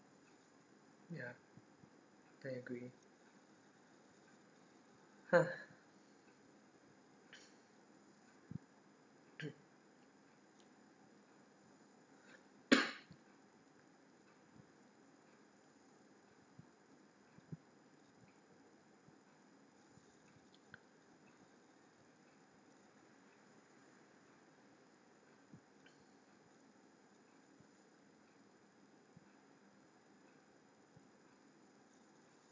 ya I agree !huh!